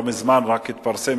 רק לא מזמן התפרסם,